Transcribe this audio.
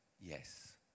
Yes